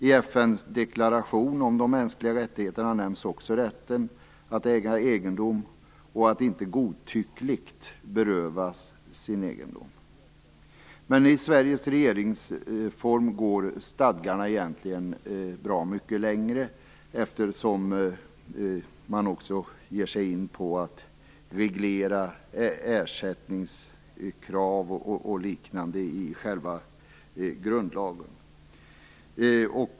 I FN:s deklaration om de mänskliga rättigheterna nämns också rätten att äga egendom och att inte godtyckligt berövas sin egendom. Men i Sveriges regeringsform går stadgarna egentligen bra mycket längre, eftersom man också ger sig in på att reglera ersättningskrav och liknande i själva grundlagen.